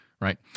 right